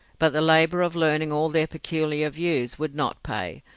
but the labour of learning all their peculiar views would not pay,